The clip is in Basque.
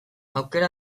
aukera